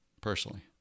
personally